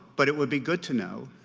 but it would be good to know,